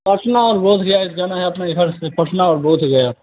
पटना और बोध गया जाना है अपना इधर से पटना और बोध गया